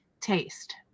taste